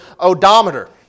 odometer